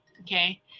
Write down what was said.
okay